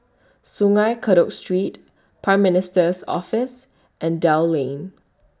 Sungei Kadut Street Prime Minister's Office and Dell Lane